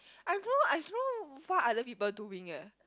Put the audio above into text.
I've know I've know what other people doing eh